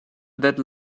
that